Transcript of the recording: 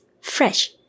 fresh